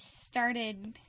started